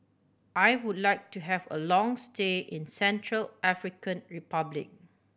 I would like to have a long stay in Central African Republic